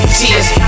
tears